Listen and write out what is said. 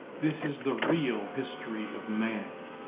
this is the real history of man,